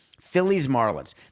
Phillies-Marlins